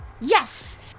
Yes